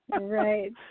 Right